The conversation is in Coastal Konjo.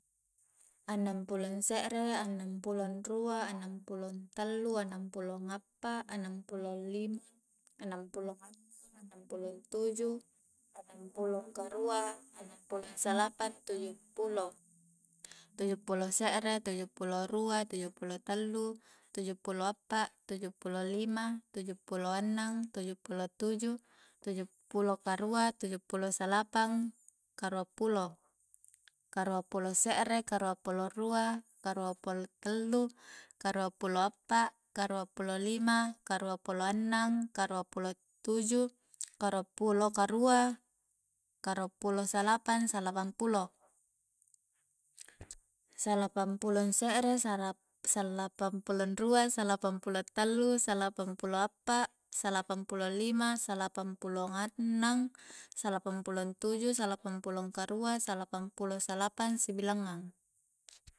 Annang pulo se're, annang pulo rua, annang pulo tallu, annang pulo appa annang pulo lima annang pulo annang annang pulo tuju annang pulo karua annang pulo salapang tujung pulo, tujung pulo se're tujung pulo rua tujung pulo tallu tujung pulo appa tujung pulo lima tujung pulo annang tujung pulo tuju, tujung pulo karua, tujung pulo salapang karuang pulo karuang pulo se're, karuang pulo rua karuang pulo tallu karuang pulo appa, karuang pulo lima karuang pulo annang, karuang pulo tuju karuang pulo karua, karuang pulo salapang salapang pulo salapang pulo se're, sara-salapang pulo rua salapang pulo tallu, salapang pulo appa, salapang pulo lima, salapang pulo annang, salapang pulo tuju, salapang pulo karua, salapang pulo salapang, sibilangngang